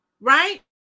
right